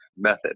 method